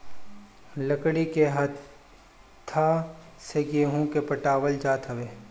लकड़ी के हत्था से गेंहू के पटावल जात हवे